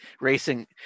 racing